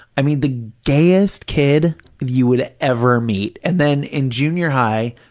i mean, the gayest kid you would ever meet, and then, in junior high,